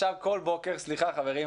אנחנו עדיין בפער מאוד גדול.